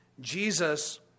Jesus